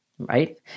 Right